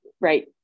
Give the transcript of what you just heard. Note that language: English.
right